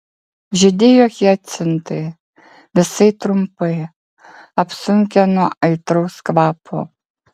žydėjo hiacintai visai trumpai apsunkę nuo aitraus kvapo